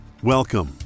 Welcome